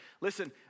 Listen